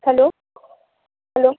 hello hello